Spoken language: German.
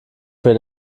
für